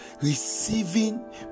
Receiving